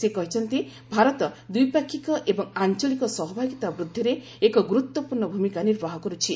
ସେ କହିଛନ୍ତି ଯେ ଭାରତ ଦ୍ୱିପାକ୍ଷିକ ଏବଂ ଆଞ୍ଚଳିକ ସହଭାଗିତା ବୃଦ୍ଧିରେ ଏକ ଗୁରୁତ୍ୱପୂର୍ଣ୍ଣ ଭୂମିକା ନିର୍ବାହ କରିଛି